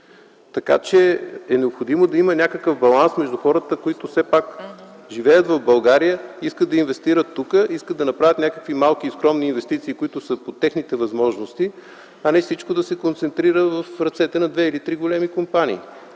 Така че е необходимо да има някакъв баланс между хората, които все пак живеят в България, искат да инвестират тук, искат да направят някакви малки и скромни инвестиции, които са по техните възможности, а не всичко да се концентрира в ръцете на две или три големи компании.